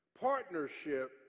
partnership